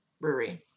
brewery